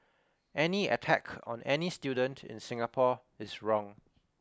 any attack on any student in Singapore is wrong